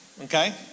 Okay